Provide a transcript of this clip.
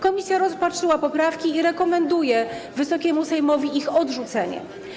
Komisja rozpatrzyła poprawki i rekomenduje Wysokiemu Sejmowi ich odrzucenie.